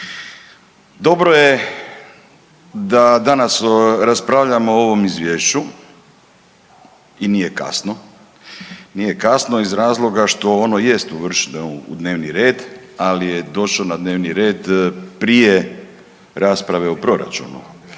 Dobro je da danas raspravljamo o ovom izvješću i nije kasno, nije kasno iz razloga što ono jest uvršteno u dnevni red, ali je došao na dnevni red prije rasprave o proračunu